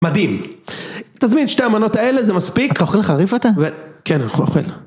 מדהים. תזמין את שתי המנות האלה, זה מספיק. אתה אוכל חריף אתה? כן, אני אוכל.